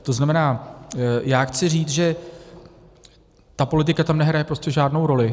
To znamená, já chci říct, že ta politika tam nehraje prostě žádnou roli.